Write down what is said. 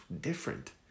different